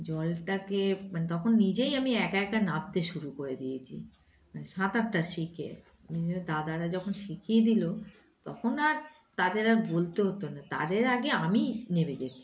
জলটাকে মানে তখন নিজেই আমি একা একা নপতে শুরু করে দিয়েছি মানে সঁাত আটটা শিখেজ দাদারা যখন শিখিয়ে দিলো তখন আর তাদের আর বলতে হতো না তাদের আগে আমি নেমে যেত